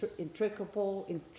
intricable